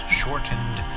shortened